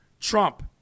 Trump